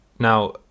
Now